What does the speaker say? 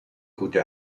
gute